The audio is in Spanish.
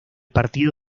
partido